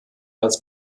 als